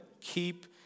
keep